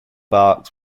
barks